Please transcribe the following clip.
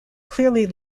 clearly